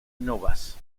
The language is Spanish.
novas